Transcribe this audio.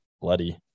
bloody